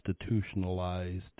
institutionalized